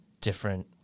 different